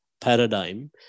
paradigm